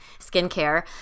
skincare